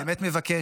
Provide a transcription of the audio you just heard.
אני באמת מבקש